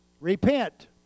Repent